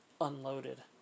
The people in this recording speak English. unloaded